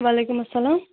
وعلیکُم السلام